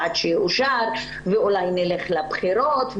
עד שיאושר ואולי נלך לבחירות.